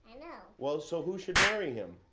yeah well, so who should marry him?